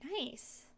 Nice